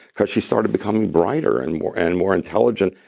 because she started becoming brighter and more and more intelligent,